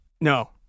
No